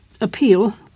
appeal